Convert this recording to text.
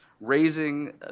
Raising